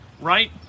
right